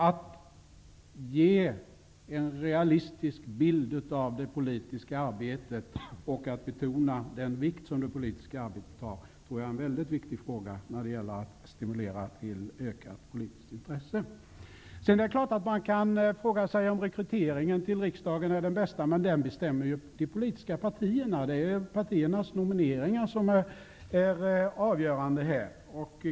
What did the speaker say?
Att ge en realistisk bild av det politiska arbetet och att betona den betydelse som det politiska arbetet har, tror jag är mycket viktigt när det gäller att stimulera till ökat politiskt intresse. Man kan självfallet fråga sig om rekryteringen till riksdagen är den bästa, men det är de politiska partierna som bestämmer den; det är partiernas nomineringar som är avgörande.